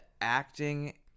acting